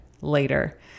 later